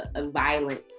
violence